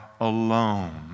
alone